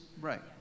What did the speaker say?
right